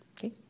Okay